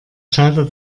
schalter